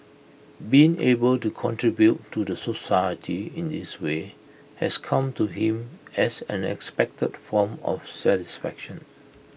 being able to contribute to the society in this way has come to him as an unexpected form of satisfaction